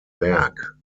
werk